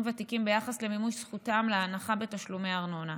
ותיקים ביחס למימוש זכותם להנחה בתשלומי ארנונה,